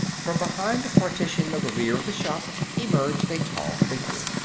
from behind the partition of the rear of the shop emerged a tall figure.